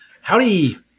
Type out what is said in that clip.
Howdy